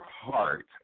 heart